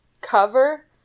cover